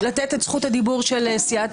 יוליה.